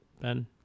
Ben